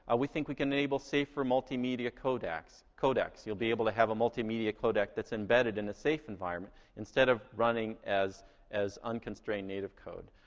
we think we can enable safer multimedia codecs. you'll be able to have a multimedia codec that's embedded in a safe environment instead of running as as unconstrained native code.